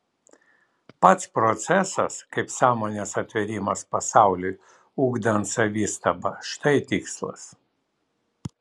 pats procesas kaip sąmonės atvėrimas pasauliui ugdant savistabą štai tikslas